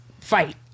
fight